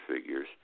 figures